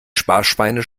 sparschweine